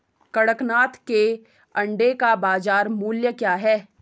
कड़कनाथ के अंडे का बाज़ार मूल्य क्या है?